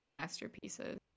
masterpieces